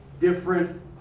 different